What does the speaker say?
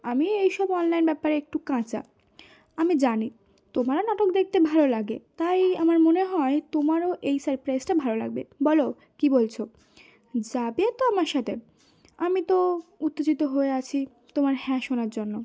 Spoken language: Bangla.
আমি এই সব অনলাইন ব্যাপারে একটু কাঁচা আমি জানি তোমারও নাটক দেখতে ভালো লাগে তাই আমার মনে হয় তোমারও এই সারপ্রাইজটা ভালো লাগবে বলো কী বলছ যাবে তো আমার সাথে আমি তো উত্তেজিত হয়ে আছি তোমার হ্যাঁ শোনার জন্য